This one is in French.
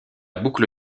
boucle